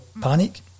panic